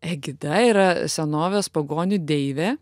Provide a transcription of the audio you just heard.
egida yra senovės pagonių deivė